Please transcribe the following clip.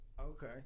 Okay